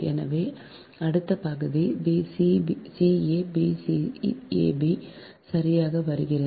எனவே அடுத்த பகுதி c a b c a b சரியாக வருகிறது